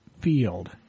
field